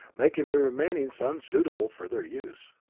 making the remaining sun suitable for their use.